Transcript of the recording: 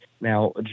Now